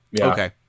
okay